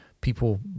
people